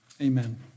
Amen